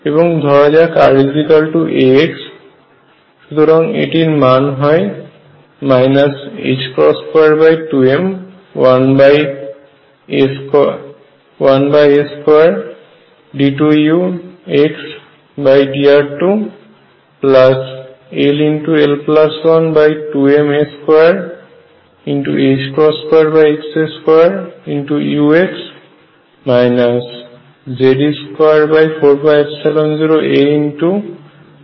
সুতরাং এটির মান হয় 22m1a2d2uxdr2 ll122ma2x2u Ze24π0a1xu